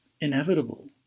inevitable